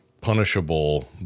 punishable